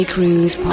Cruise